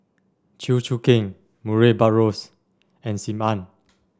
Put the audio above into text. Chew Choo Keng Murray Buttrose and Sim Ann